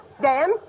Dan